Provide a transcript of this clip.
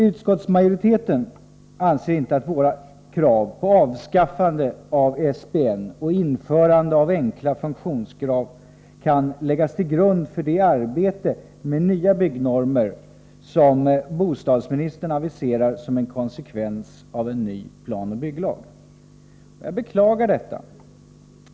Utskottsmajoriteten anser inte att våra krav på avskaffande av SBN och införande av enkla funktionskrav kan läggas till grund för det arbete med nya byggnormer som bostadsministern aviserar som en konsekvens av en ny planoch bygglag. Jag beklagar detta.